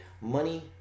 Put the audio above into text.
money